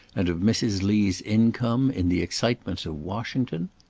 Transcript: and of mrs. lee's income, in the excitements of washington?